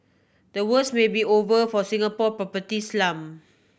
the worst may be over for Singapore property slump